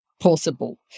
possible